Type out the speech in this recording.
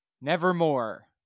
Nevermore